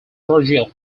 virgil